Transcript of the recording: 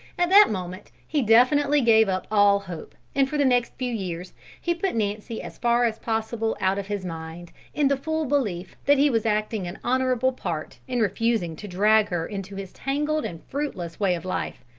at that moment he definitely gave up all hope, and for the next few years he put nancy as far as possible out of his mind, in the full belief that he was acting an honourable part in refusing to drag her into his tangled and fruitless way of life.